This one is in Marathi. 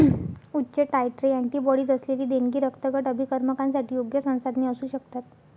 उच्च टायट्रे अँटीबॉडीज असलेली देणगी रक्तगट अभिकर्मकांसाठी योग्य संसाधने असू शकतात